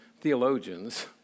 theologians